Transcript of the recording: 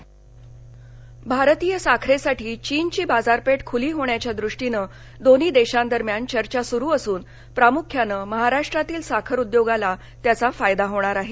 साखर भारतीय साखरेसाठी चीनची बाजारपेठ खुली होण्याच्या दृष्टीनं दोन्ही देशांदरम्यान चर्चा सुरू असून प्रामुख्यानं महाराष्ट्रातील साखर उद्योगाला त्याचा फायदा होणार आहे